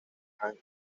and